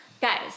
guys